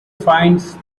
finds